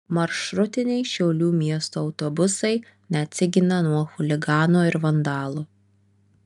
maršrutiniai šiaulių miesto autobusai neatsigina nuo chuliganų ir vandalų